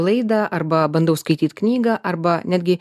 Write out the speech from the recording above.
laidą arba bandau skaityt knygą arba netgi